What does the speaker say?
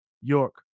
York